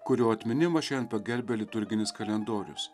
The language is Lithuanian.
kurio atminimą šiandien pagerbia liturginis kalendorius